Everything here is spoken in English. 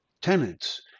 tenants